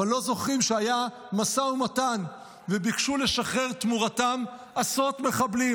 אבל לא זוכרים שהיה משא ומתן וביקשו לשחרר תמורתם עשרות מחבלים.